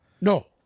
No